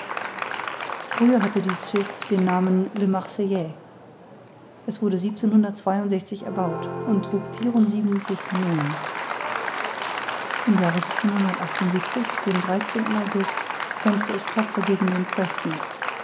früher hatte dies schiff den namen le marseillais es wurde erbaut und trug vierundsiebenzig kanonen im jahre den august kämpfte es tapfer gegen den preston